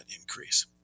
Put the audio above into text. increase